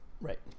Right